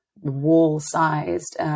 wall-sized